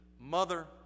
mother